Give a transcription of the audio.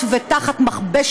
תודה רבה.